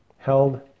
held